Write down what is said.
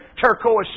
turquoise